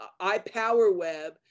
iPowerWeb